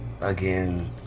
again